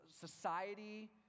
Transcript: society